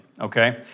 Okay